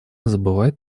забывать